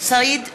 סעיד אלחרומי,